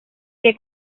que